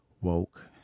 woke